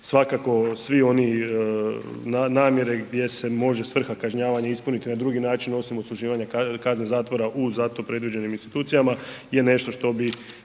svakako svi oni namjere gdje se može svrha kažnjavanja ispuniti na drugi način osim odsluživanja kazne zatvora u za to predviđenim institucijama je nešto što bi